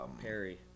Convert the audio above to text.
Perry